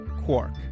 Quark